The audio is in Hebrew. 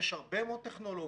יש הרבה מאוד טכנולוגיות,